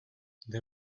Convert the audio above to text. they